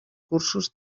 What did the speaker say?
cursos